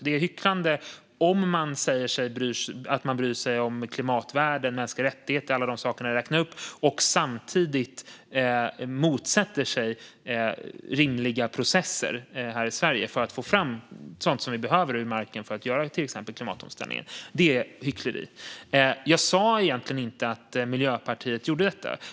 Det är hyckleri om man säger sig bry sig om klimatvärden, mänskliga rättigheter med mera och samtidigt motsätter sig rimliga processer i Sverige för att få fram sådant vi behöver ur marken för att kunna göra exempelvis klimatomställningen. Jag sa inte att Miljöpartiet gör detta.